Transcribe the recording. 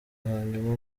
hanyuma